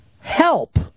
Help